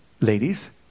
Ladies